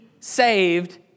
saved